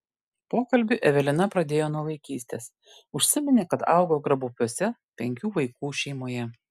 pokalbį evelina pradėjo nuo vaikystės užsiminė kad augo grabupiuose penkių vaikų šeimoje